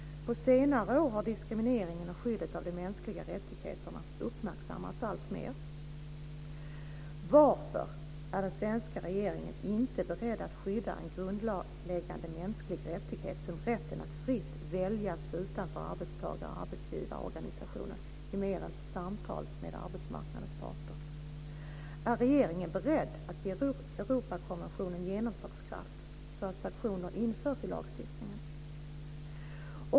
På senare år har diskrimineringen och skyddet av de mänskliga rättigheterna uppmärksammats alltmer. Varför är den svenska regeringen inte beredd att i mer än samtal med arbetsmarknadens parter skydda en grundläggande mänsklig rättighet som rätten att fritt välja att stå utanför arbetstagar och arbetsgivarorganisationer? Är regeringen beredd att ge Europakonventionen genomslagskraft så att sanktioner införs i lagstiftningen?